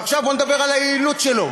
ועכשיו בואו נדבר על היעילות שלו,